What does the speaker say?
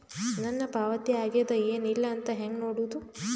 ನನ್ನ ಪಾವತಿ ಆಗ್ಯಾದ ಏನ್ ಇಲ್ಲ ಅಂತ ಹೆಂಗ ನೋಡುದು?